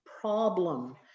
problem